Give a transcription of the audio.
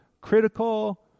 critical